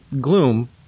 gloom